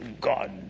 God